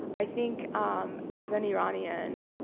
i think as an iranian